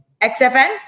XFN